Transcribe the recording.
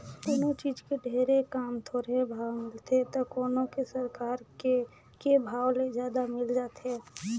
कोनों चीज के ढेरे काम, थोरहें भाव मिलथे त कोनो के सरकार के के भाव ले जादा मिल जाथे